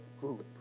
group